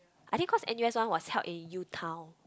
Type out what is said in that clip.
I think cause N_U_S one was held in U-Town